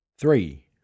three